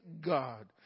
God